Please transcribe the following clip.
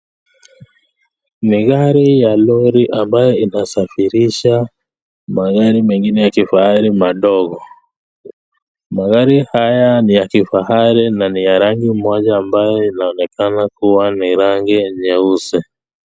Ni gari ya lori ambaye inasafirisha magari mengine ya kifahari madogo magari haya ni yakifahari na niya rangi moja ambaye inaonekana kuwa ni rangi nyeusi.